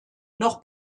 noch